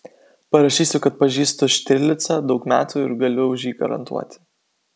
parašysiu kad pažįstu štirlicą daug metų ir galiu už jį garantuoti